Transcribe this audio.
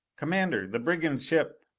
commander! the brigand ship!